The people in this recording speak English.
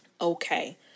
Okay